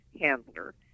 Handler